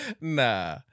Nah